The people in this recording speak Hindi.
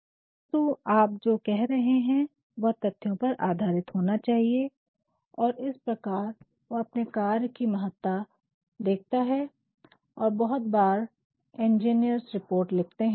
परंतु आप जो कह रहे हैं वह तथ्यों पर आधारित होना चाहिए और इस प्रकार वह अपने कार्य की महत्ता देखता है और बहुत बार इंजीनियर रिपोर्ट लिखते हैं